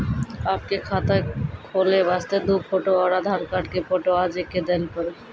आपके खाते खोले वास्ते दु फोटो और आधार कार्ड के फोटो आजे के देल पड़ी?